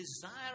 desire